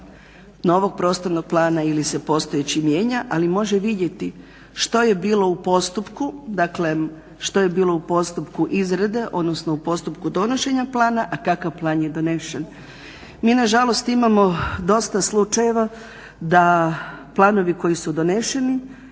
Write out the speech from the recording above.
novog prostornog plana ili se postojeći mijenja ali može vidjeti što je bilo u postupku, dakle što je bilo u postupku izrade odnosno u postupku donošenja plana a kakav plan je donesen. Mi nažalost imamo dosta slučajeva da planovi koji su doneseni